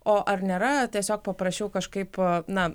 o ar nėra tiesiog paprašiau kažkaip na